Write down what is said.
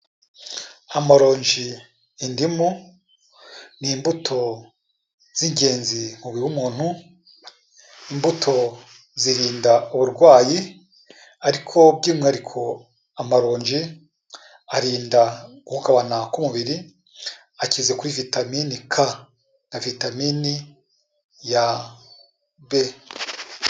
Amaronji, indimu, ni imbuto z'ingenzi mu mubiri w'umuntu, imbuto zirinda uburwayi ariko by'umwihariko amaronji arinda guhungabana k'umubiri, akize kuri vitaminini K na vitaminini ya B.